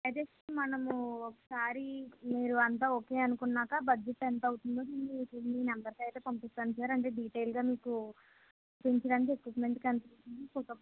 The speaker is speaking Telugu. అయితే మనము ఒకసారి మీరు అంతా ఓకే అనుకున్నాక బడ్జెట్ ఎంతవుతుందో మీ నెంబర్కి అయితే పంపిస్తాను సార్ అంటే డిటైల్గా మీకు తియించడానికి ఎక్యుప్మెంట్ ఎంతవుతుంది